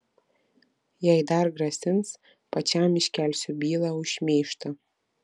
jei dar grasins pačiam iškelsiu bylą už šmeižtą